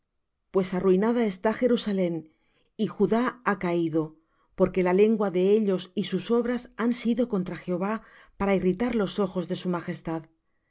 pues arruinada está jerusalem y judá ha caído porque la lengua de ellos y sus obras han sido contra jehová para irritar los ojos de su majestad